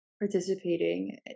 participating